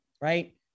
right